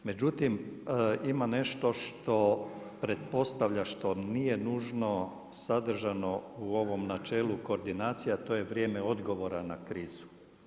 Međutim, ima nešto što pretpostavlja što nije nužno sadržano u ovom načelu koordinacija a to je vrijeme odgovora na krizu.